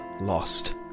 lost